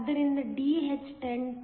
ಆದ್ದರಿಂದ Dh 10